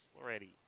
already